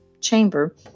chamber